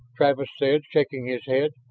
travis said, shaking his head.